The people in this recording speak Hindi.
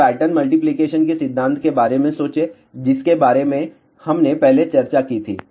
अब पैटर्न मल्टीप्लिकेशन के सिद्धांत के बारे में सोचें जिसके बारे में हमने पहले चर्चा की थी